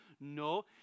No